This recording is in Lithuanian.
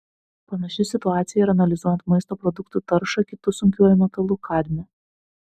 panaši situacija ir analizuojant maisto produktų taršą kitu sunkiuoju metalu kadmiu